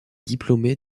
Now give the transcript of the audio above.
diplômée